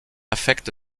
affecte